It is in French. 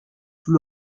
sous